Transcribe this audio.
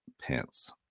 pants